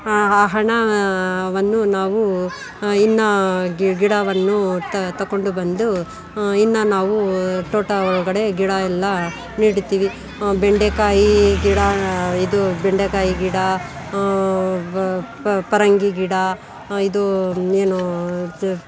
ಆ ಹಣವನ್ನು ನಾವು ಇನ್ನೂ ಗಿಡ ಗಿಡವನ್ನು ತೊಗೊಂಡು ಬಂದು ಇನ್ನೂ ನಾವು ತೋಟ ಒಳಗಡೆ ಗಿಡ ಎಲ್ಲ ನೆಡುತ್ತೀವಿ ಬೆಂಡೆಕಾಯಿ ಗಿಡ ಇದು ಬೆಂಡೆಕಾಯಿ ಗಿಡ ಬ ಪ ಪರಂಗಿ ಗಿಡ ಇದು ಏನು